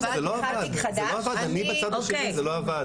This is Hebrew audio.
זה לא עבד, אני בצד השני זה לא עבד.